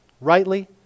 rightly